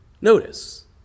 Notice